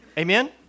Amen